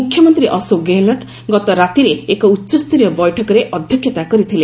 ମୁଖ୍ୟମନ୍ତ୍ରୀ ଅଶୋକ ଗେହଲତ ଗତରାତିରେ ଏକ ଉଚ୍ଚସ୍ତରୀୟ ବୈଠକରେ ଅଧ୍ୟକ୍ଷତା କରିଥିଲେ